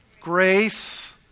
grace